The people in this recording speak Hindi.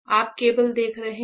आप केबल देख रहे हैं